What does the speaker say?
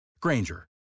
Granger